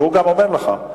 וגם הוא אומר לך,